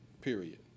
period